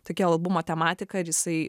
tokia albumo tematika ir jisai